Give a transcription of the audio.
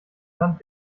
sand